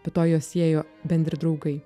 be to juos siejo bendri draugai